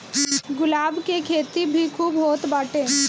गुलाब के खेती भी खूब होत बाटे